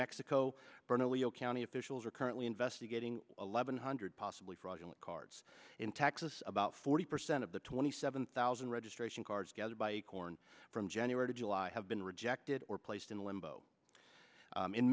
mexico bernalillo county officials are currently investigating eleven hundred possibly fraudulent cards in texas about forty percent of the twenty seven thousand registration cards gathered by acorn from january to july have been rejected or placed in limbo i